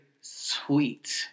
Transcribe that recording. sweet